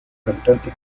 cantante